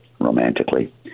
romantically